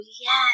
Yes